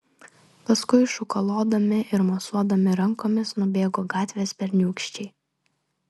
paskui šūkalodami ir mosuodami rankomis nubėgo gatvės berniūkščiai